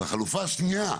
החלופה השנייה,